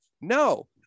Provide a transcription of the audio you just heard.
No